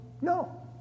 No